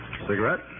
Cigarette